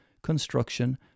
Construction